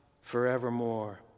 forevermore